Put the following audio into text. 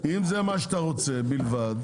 אם זה מה שאתה רוצה בלבד,